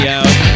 out